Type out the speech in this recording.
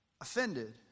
offended